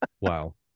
Wow